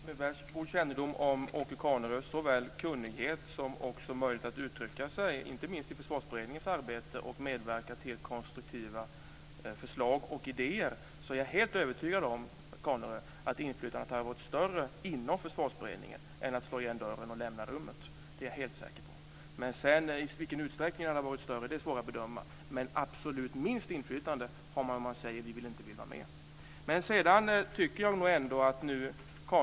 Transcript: Fru talman! Med kännedom om Åke Carnerös såväl kunnighet som möjligheter att uttrycka sig, inte minst vid Försvarsberedningens arbete, och medverka till konstruktiva förslag och idéer är jag helt övertygad om att inflytandet skulle ha varit större inom Försvarsberedningen jämfört med hur det blir om man slår igen dörren och lämnar rummet - det är jag helt säker på - men i vilken utsträckning är svårare att bedöma. Absolut minst inflytande har man i varje fall om man säger att man inte vill vara med.